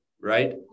right